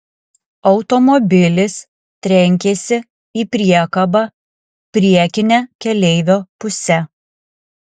automobilis trenkėsi į priekabą priekine keleivio puse